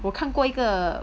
我看过一个